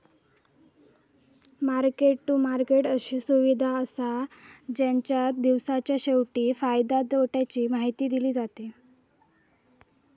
market to market अशी सुविधा असा जेच्यात दिवसाच्या शेवटी फायद्या तोट्याची माहिती दिली जाता